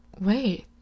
wait